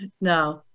No